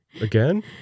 Again